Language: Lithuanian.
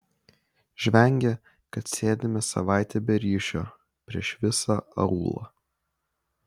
žvengia kad sėdime savaitę be ryšio prieš visą aūlą